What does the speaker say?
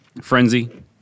frenzy